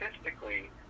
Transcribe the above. statistically